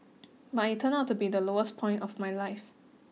but it turned out to be the lowest point of my life